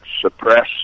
suppress